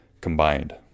combined